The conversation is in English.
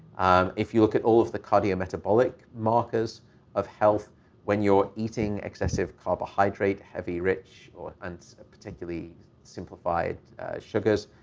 if you look at all of the cardio metabolic markers of health when you're eating excessive carbohydrate-heavy rich or and particularly simplified sugars,